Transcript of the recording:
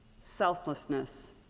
selflessness